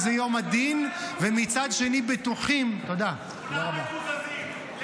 יום הדין ומצד שני בטוחים -- כולם מקוזזים.